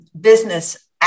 business